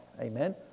Amen